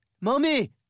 Mommy